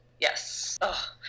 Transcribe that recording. Yes